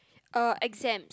uh exams